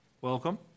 Welcome